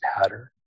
pattern